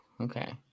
okay